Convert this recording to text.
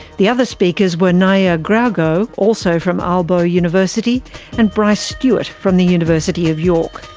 the other speakers were naja graugaard, also from aalborg university and bryce stewart from the university of york.